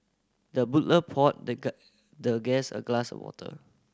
the butler poured the guy the guest a glass of water